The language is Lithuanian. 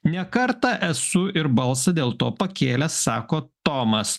ne kartą esu ir balsą dėl to pakėlęs sako tomas